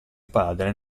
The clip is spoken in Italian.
padre